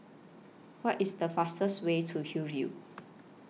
What IS The fastest Way to Hillview